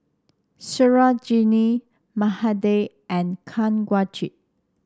Sarojini Mahade and Kanwaljit